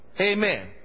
Amen